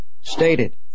stated